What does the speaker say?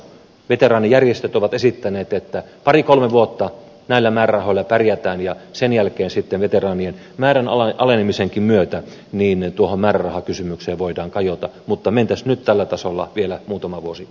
veteraanijärjestöt ovat esittäneet että pari kolme vuotta näillä määrärahoilla pärjätään ja sen jälkeen sitten veteraanien määrän alenemisenkin myötä tuohon määrärahakysymykseen voidaan kajota mutta mentäisiin nyt tällä tasolla vielä muutama vuosi eteenpäin